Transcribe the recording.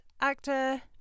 actor